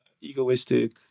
egoistic